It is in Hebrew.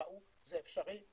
ראו שזה אפשרי,